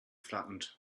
flattened